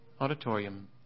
auditorium